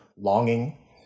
longing